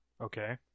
Okay